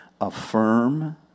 affirm